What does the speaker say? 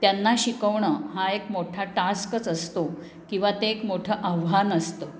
त्यांना शिकवणं हा एक मोठा टास्कच असतो किंवा ते एक मोठं आव्हान असतं